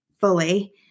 fully